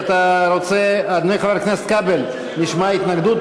אדוני חבר הכנסת כבל, נשמעה התנגדות.